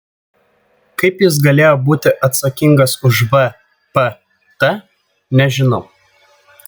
kaip jis galėjo būti atsakingas už vpt nežinau